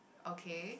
okay